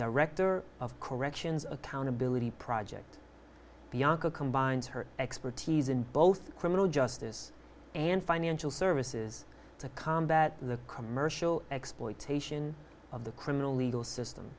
director of corrections accountability project bianca combines her expertise in both criminal justice and financial services to combat the commercial exploitation of the criminal legal system